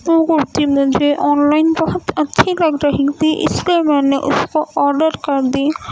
تو کرتی online بہت اچھی لگ رہی تھی اس لیے میں نے اس کو آڈر کر دی